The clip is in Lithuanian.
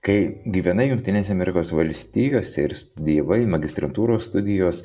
kai gyvenai jungtinėse amerikos valstijose ir studijavai magistrantūros studijos